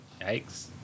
Yikes